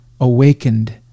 awakened